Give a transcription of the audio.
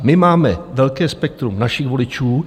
My máme velké spektrum našich voličů.